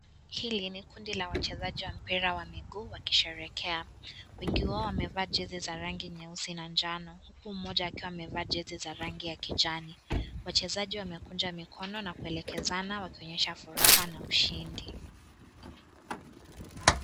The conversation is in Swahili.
Hili ni kundi la wachezaji wa mpira wa miguu wakisherehekea. Wengi wao, wamevaa jezi za rangi nyeusi na njano. Huku mmoja, akiwa amevaa jezi za rangi ya kijani. Wachezaji wamekuja mikono na kuelekezwa na wakionyesha furaha na ushindi.